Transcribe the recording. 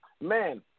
man